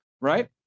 right